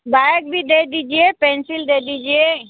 bag भी दे दीजिए पेंसिल दे दीजिए